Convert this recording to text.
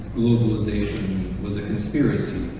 globalization was a conspiracy.